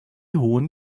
hohen